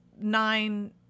nine